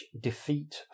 defeat